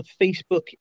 Facebook